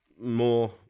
more